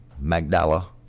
Magdala